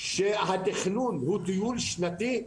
שהתכנון הוא טיול שנתי,